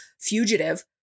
fugitive